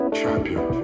Champion